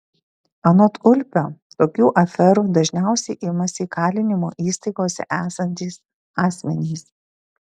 anot ulpio tokių aferų dažniausiai imasi įkalinimo įstaigose esantys asmenys